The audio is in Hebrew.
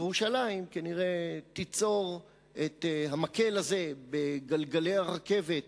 ירושלים כנראה תיצור את המקל הזה בגלגלי הרכבת